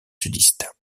sudistes